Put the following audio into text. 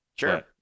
Sure